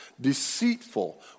deceitful